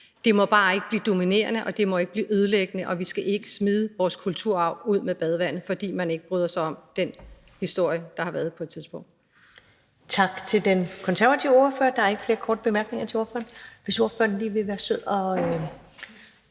Det må bare ikke blive dominerende, og det må ikke blive ødelæggende. Vi skal ikke smide vores kulturarv ud med badevandet, fordi man ikke bryder sig om den historie, der har været på et tidspunkt. Kl. 20:38 Første næstformand (Karen Ellemann): Tak til den konservative ordfører. Der er ikke flere korte bemærkninger til ordføreren. Hvis ordføreren lige vil være sød at